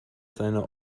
seine